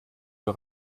für